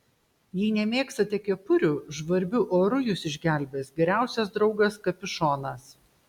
jei nemėgstate kepurių žvarbiu oru jus išgelbės geriausias draugas kapišonas